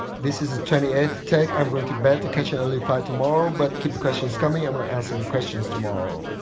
this is the twenty eighth take. i'm going to bed to catch an early flight tomorrow. but keep the questions coming, i'm gonna answer the questions tomorrow.